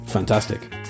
fantastic